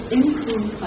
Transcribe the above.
improve